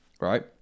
right